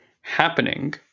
happening